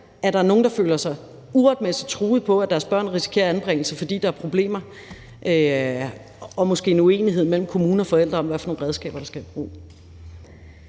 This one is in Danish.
der er nogle, der føler sig uretmæssigt truet af, at deres børn risikerer anbringelse, fordi der er problemer og måske en uenighed mellem kommune og forældre om, hvad for nogle redskaber der skal i brug